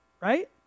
right